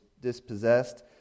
dispossessed